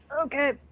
Okay